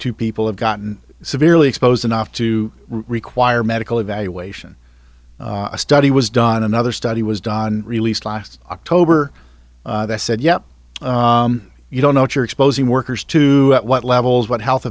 two people have gotten severely exposed enough to require medical evaluation a study was done another study was done released last october that said yeah you don't know what you're exposing workers to what levels what health